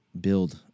build